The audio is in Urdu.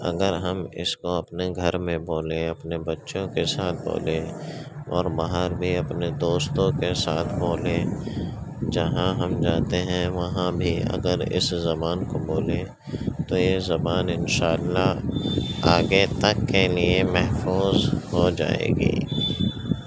اگر ہم اس کو اپنے گھر میں بولیں اپنے بچوں کے ساتھ بولیں اور باہر بھی اپنے دوستوں کے ساتھ بولیں جہاں ہم جاتے ہیں وہاں بھی اگر اس زبان کو بولیں تو یہ زبان ان شاء اللہ آگے تک کے لیے محفوظ ہو جائے گی